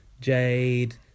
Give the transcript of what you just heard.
Jade